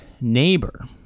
neighbor